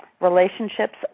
Relationships